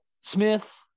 Smith